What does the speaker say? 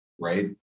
right